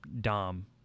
Dom